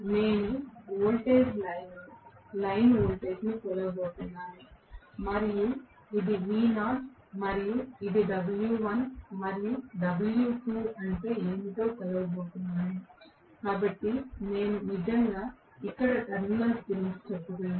నేను వోల్టేజ్ లైన్ను లైన్ వోల్టేజ్కు కొలవబోతున్నాను ఇది V0 మరియు నేను W1 మరియు W2 అంటే ఏమిటో కొలవబోతున్నాను కాబట్టి నేను నిజంగా ఇక్కడ టెర్మినల్స్ గురించి చెప్పగలను